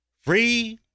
free